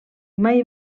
mai